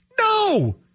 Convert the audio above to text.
No